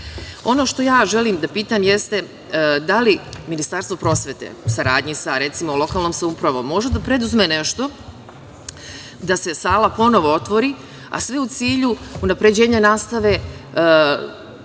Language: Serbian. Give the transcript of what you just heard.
što želim da pitam jeste – da li Ministarstvo prosvete u saradnji sa, recimo, lokalnom samoupravom može da preduzme nešto da se sala ponovo otvori, a sve u cilju unapređenja nastave